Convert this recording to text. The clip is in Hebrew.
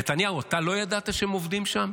נתניהו, אתה לא ידעת שהם עובדים שם?